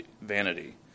vanity